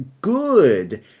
good